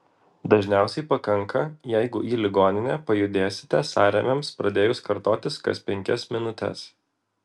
dažniausiai pakanka jeigu į ligoninę pajudėsite sąrėmiams pradėjus kartotis kas penkias minutes